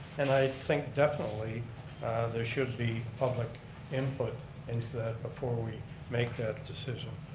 and i think definitely there should be public input into that before we make that decision.